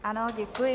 Ano, děkuji.